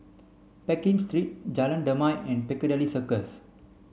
Pekin Street Jalan Damai and Piccadilly Circus